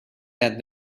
that